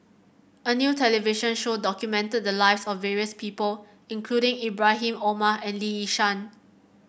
a new television show documented the lives of various people including Ibrahim Omar and Lee Yi Shyan